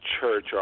church